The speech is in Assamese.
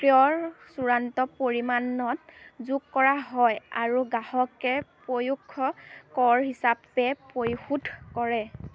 ক্ৰয়ৰ চূড়ান্ত পৰিমাণত যোগ কৰা হয় আৰু গ্ৰাহকে পৰোক্ষ কৰ হিচাপে পৰিশোধ কৰে